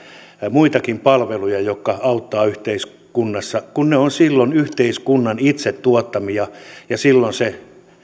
muitakin palveluja jotka auttavat yhteiskunnassa kun ne ovat silloin yhteiskunnan itse tuottamia ja silloin se